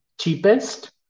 cheapest